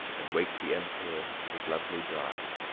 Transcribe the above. and wake the emperor and his lovely bride,